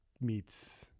meets